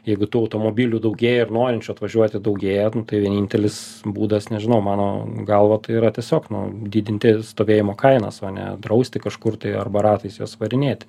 jeigu tų automobilių daugėja ir norinčių atvažiuoti daugėja tai vienintelis būdas nežinau mano galva tai yra tiesiog nu didinti stovėjimo kainas o ne drausti kažkur tai arba ratais juos varinėti